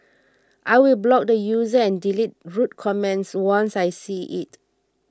I will block the user and delete rude comments once I see it